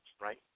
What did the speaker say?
right